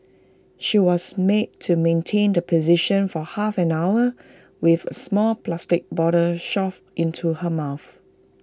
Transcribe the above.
she was made to maintain the position for half an hour with A small plastic bottle shoved into her mouth